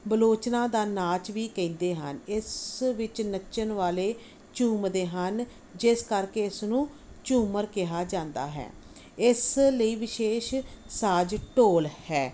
ਬਲੋਚਨਾ ਦਾ ਨਾਚ ਵੀ ਕਹਿੰਦੇ ਹਨ ਇਸ ਵਿੱਚ ਨੱਚਣ ਵਾਲੇ ਝੂਮਦੇ ਹਨ ਜਿਸ ਕਰਕੇ ਇਸ ਨੂੰ ਝੁੰਮਰ ਕਿਹਾ ਜਾਂਦਾ ਹੈ ਇਸ ਲਈ ਵਿਸ਼ੇਸ਼ ਸਾਜ਼ ਢੋਲ ਹੈ